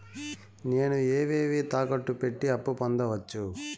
నేను ఏవేవి తాకట్టు పెట్టి అప్పు పొందవచ్చు?